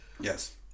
Yes